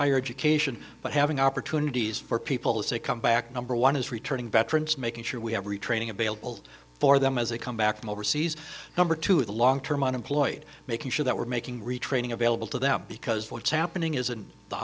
higher education but having opportunities for people to come back number one is returning veterans making sure we have retraining available for them as they come back from overseas number two the long term unemployed making sure that we're making retraining available to them because what's happening is an